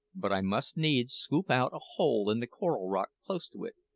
but i must needs scoop out a hole in the coral rock close to it,